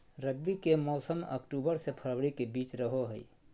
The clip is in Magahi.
रबी के मौसम अक्टूबर से फरवरी के बीच रहो हइ